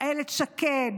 אילת שקד,